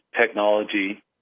technology